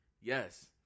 yes